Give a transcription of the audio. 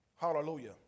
Hallelujah